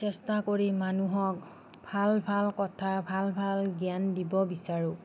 চেষ্টা কৰি মানুহক ভাল ভাল কথা ভাল ভাল জ্ঞান দিব বিচাৰোঁ